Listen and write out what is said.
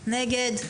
נגד?